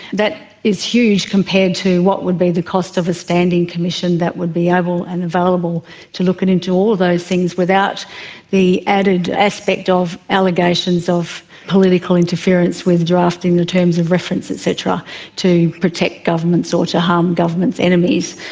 that is huge compared to what would be the cost of a standing commission that would be able and available to look into all those things without the added aspect of allegations of political interference with drafting the terms of reference et cetera to protect governments or to harm government's enemies.